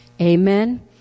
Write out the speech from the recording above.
amen